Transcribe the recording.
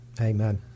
Amen